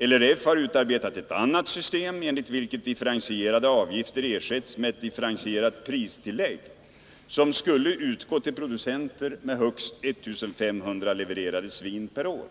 LRF har utarbetat ett annat system, enligt vilket differentierade avgifter ersätts med ett differentierat pristillägg, som skulle utgå till producenter med högst 1 500 levererade svin per år.